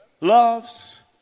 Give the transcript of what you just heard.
loves